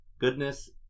Goodness